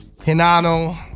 hinano